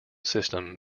system